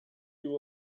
you